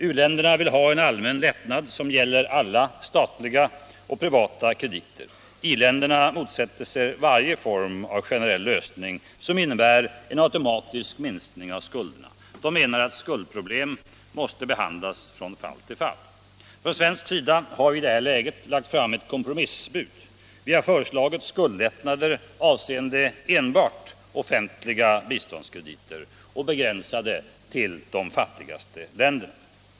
U-länderna vill ha en allmän lättnad som gäller alla statliga och privata krediter. I-länderna motsätter sig varje form av generell lösning som innebär en automatisk minskning av skulderna. De menar att skuldproblem måste behandlas från fall till fall. Från svensk sida har vi i detta läge lagt fram ett kompromissbud. Vi har föreslagit skuldlättnader avseende enbart offentliga biståndskrediter och begränsade till de fattigaste länderna.